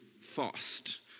fast